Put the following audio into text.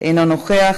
אינו נוכח,